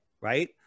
right